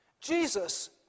Jesus